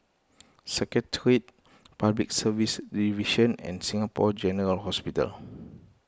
Secretariat Public Service Division and Singapore General Hospital